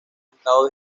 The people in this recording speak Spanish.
estado